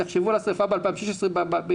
תחשבו על השריפה ב-2016 בכרמל.